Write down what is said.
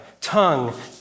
tongue